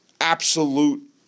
absolute